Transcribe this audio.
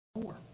more